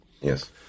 Yes